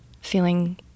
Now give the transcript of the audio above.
feeling